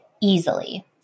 easily